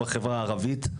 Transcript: בחברה הערבית,